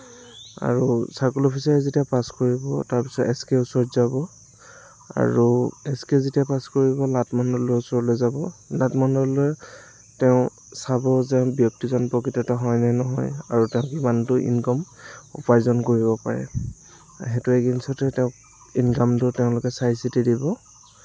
আৰু চাৰ্কল অফিচাৰে যেতিয়া পাছ কৰিব তাৰপিছত এছ কেৰ ওচৰত যাব আৰু এছ কে যেতিয়া পাছ কৰিব নাট মণ্ডলৰ ওচৰত যাব নাট মণ্ডলে তেওঁ চাব যে ব্যক্তিজন প্ৰকৃততে হয়নে নহয় আৰু তেওঁৰ কিমানটো ইনকাম উপাৰ্জন কৰিব পাৰে সেইটোৰ এগেইনষ্টতে তেওঁক ইনকমটো তেওঁলোকে চাই চিতি দিব